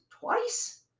twice